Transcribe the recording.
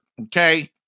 Okay